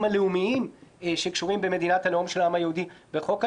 הלאומיים שקשורים במדינת הלאום של העם היהודי בחוק הלאום,